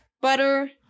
butter